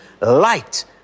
light